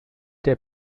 der